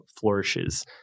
flourishes